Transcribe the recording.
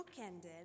bookended